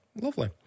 Lovely